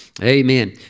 Amen